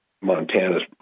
Montana's